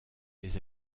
les